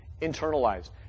internalized